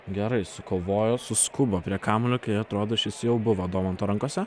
gerai sukovojo suskubo prie kamuolio kai atrodo šis jau buvo domanto rankose